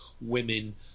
women